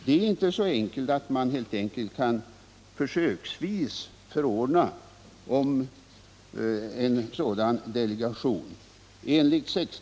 Det är inte så enkelt att man försöksvis kan förordna om en sådan här delegation till ett behandlingskoHegium.